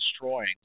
destroying